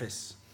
אפס.